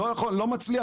לא מצליח.